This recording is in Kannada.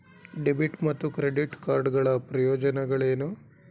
ಡೆಬಿಟ್ ಮತ್ತು ಕ್ರೆಡಿಟ್ ಕಾರ್ಡ್ ಗಳ ಪ್ರಯೋಜನಗಳೇನು?